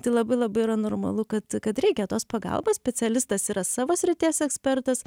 tai labai labai yra normalu kad kad reikia tos pagalbos specialistas yra savo srities ekspertas